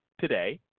today